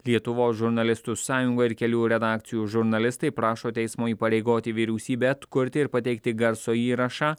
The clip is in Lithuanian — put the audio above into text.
lietuvos žurnalistų sąjunga ir kelių redakcijų žurnalistai prašo teismo įpareigoti vyriausybę atkurti ir pateikti garso įrašą